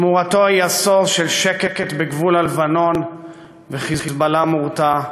תמורתו היא עשור של שקט בגבול לבנון ו"חיזבאללה" מורתע.